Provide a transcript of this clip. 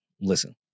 Listen